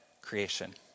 creation